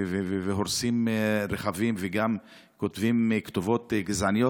הורסים רכבים וגם כותבים כתובות גזעניות,